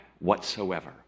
whatsoever